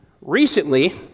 Recently